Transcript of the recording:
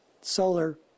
solar